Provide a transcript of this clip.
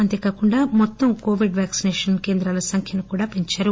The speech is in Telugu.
అంతేకాకుండా మొత్తం కోవిడ్ వ్యాక్పినేషన్ కేంద్రాల సంఖ్యను కూడా పెంచారు